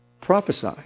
Prophesy